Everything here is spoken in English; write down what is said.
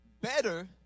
Better